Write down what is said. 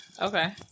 Okay